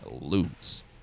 lose